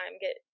get